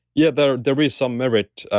yeah. there there is some merit.